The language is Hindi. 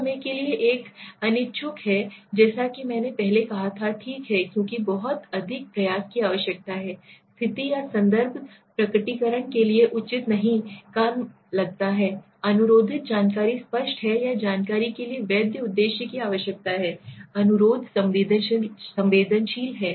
कुछ समय के लिए अनिच्छुक हैं जैसा कि मैंने पहले कहा था ठीक है क्योंकि बहुत अधिक प्रयास की आवश्यकता है स्थिति या संदर्भ प्रकटीकरण के लिए उचित नहीं लग सकता है अनुरोधित जानकारी स्पष्ट है या जानकारी के लिए वैध उद्देश्य की आवश्यकता है अनुरोध संवेदनशील है